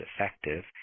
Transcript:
effective